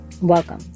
welcome